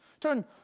Turn